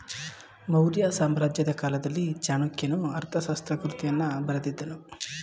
ಮೌರ್ಯ ಸಾಮ್ರಾಜ್ಯದ ಕಾಲದಲ್ಲಿ ಚಾಣಕ್ಯನು ಅರ್ಥಶಾಸ್ತ್ರ ಕೃತಿಯನ್ನು ಬರೆದಿದ್ದನು